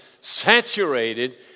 saturated